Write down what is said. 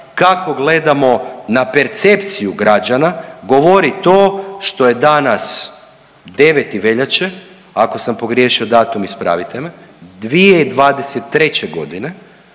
kako gledamo na percepciju građana govori to što je danas 9. veljače, ako sam pogriješio datum ispravite me 2023. godine,